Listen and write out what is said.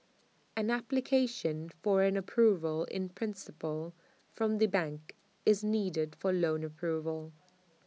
an application for an approval in principle from the bank is needed for loan approval